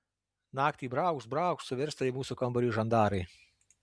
naktį braukšt braukšt suvirsta į mūsų kambarį žandarai